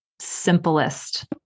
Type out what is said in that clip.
simplest